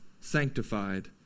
sanctified